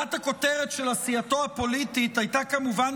גולת הכותרת של עשייתו הפוליטית הייתה כמובן